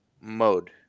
mode